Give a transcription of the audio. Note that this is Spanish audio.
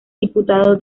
diputado